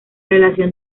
relación